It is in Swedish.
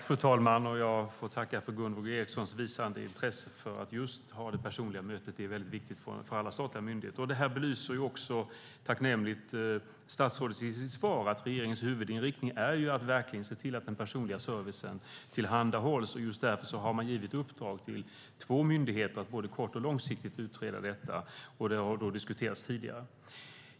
Fru talman! Jag tackar för Gunvor G Ericsons visade intresse för att ha det personliga mötet. Det är viktigt för alla statliga myndigheter. Detta belyser också tacknämligt statsrådet i sitt svar, nämligen att regeringens huvudinriktning är att se till att den personliga servicen tillhandahålls. Just därför har man givit uppdrag till två myndigheter att både kort och långsiktigt utreda detta, och det har diskuterats tidigare.